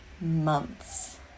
months